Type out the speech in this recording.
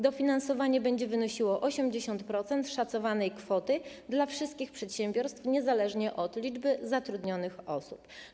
Dofinansowanie będzie wynosiło 80% szacowanej kwoty dla wszystkich przedsiębiorstw, niezależnie od liczby zatrudnionych osób.